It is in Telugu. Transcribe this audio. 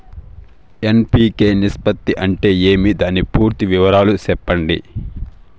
ఎన్.పి.కె నిష్పత్తి అంటే ఏమి దాని పూర్తి వివరాలు సెప్పండి?